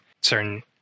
certain